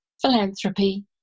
philanthropy